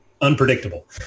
unpredictable